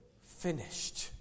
finished